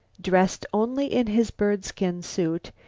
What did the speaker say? dressed only in his bird-skin suit,